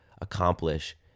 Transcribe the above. accomplish